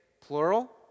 plural